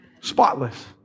spotless